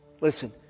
Listen